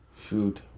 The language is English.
shoot